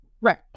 right